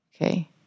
Okay